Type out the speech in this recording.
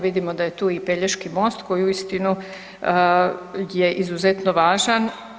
Vidimo da je tu i Pelješki most koji uistinu je izuzetno važan.